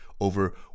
over